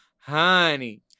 honey